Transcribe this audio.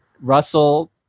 Russell